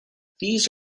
these